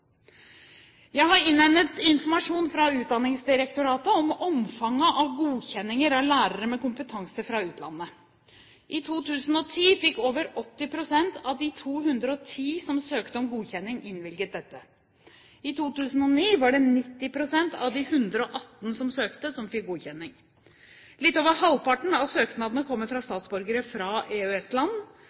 Jeg har innhentet informasjon fra Utdanningsdirektoratet om omfanget av godkjenninger av lærere med kompetanse fra utlandet. I 2010 fikk over 80 pst. av de 210 som søkte om godkjenning, innvilget dette. I 2009 var det 90 pst. av de 118 som søkte, som fikk godkjenning. Litt over halvparten av søknadene kommer fra statsborgere fra